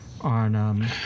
on